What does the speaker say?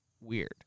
weird